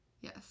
Yes